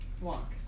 walk